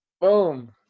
Boom